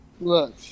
Look